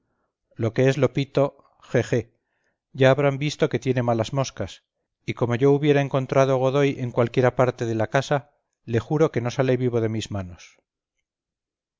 lo que es lopito je je ya habrán visto que tiene malas moscas y como yo hubiera encontrado a godoy en cualquiera parte de la casa le juro que no sale vivo de mis manos